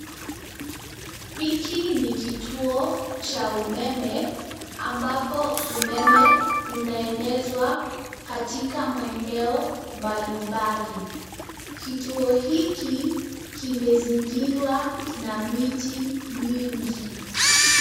Hiki ni kituo cha umeme ambapo umeme unaenezwa katika maeneo mbalimbali. Kituo hiki kimezingirwa na miti mingi.